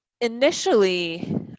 initially